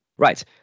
Right